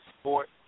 support